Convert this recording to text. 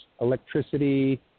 electricity